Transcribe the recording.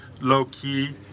low-key